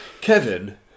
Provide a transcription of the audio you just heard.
Kevin